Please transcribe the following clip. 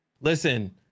Listen